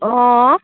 অঁ